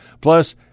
Plus